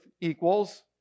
equals